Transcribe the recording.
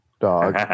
dog